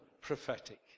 prophetic